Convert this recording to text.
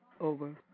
over